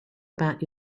about